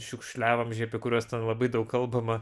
šiukšliavamzdžiai apie kuriuos ten labai daug kalbama